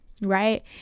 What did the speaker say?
Right